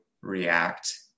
react